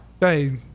Hey